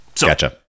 Gotcha